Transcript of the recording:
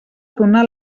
donar